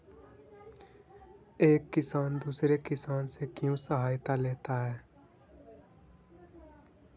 एक किसान दूसरे किसान से क्यों सहायता लेता है?